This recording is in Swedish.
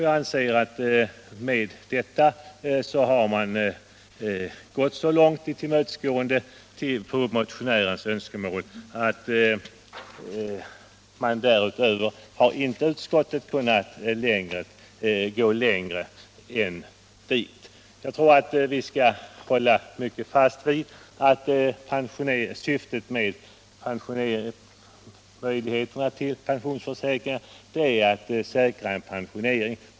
Jag anser att vi skall hålla fast vid att syftet med möjlighet till pensionsförsäkring är att säkra en pensionering.